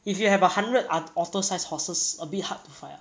if you have a hundred ot~ otter-sized horses a bit hard to fight ah